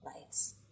lights